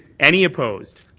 any opposed.